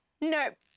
nope